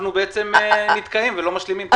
אנחנו נתקעים ולא משלימים.